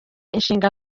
inshinga